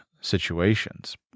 situations